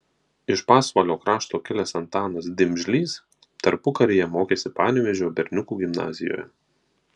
iš pasvalio krašto kilęs antanas dimžlys tarpukaryje mokėsi panevėžio berniukų gimnazijoje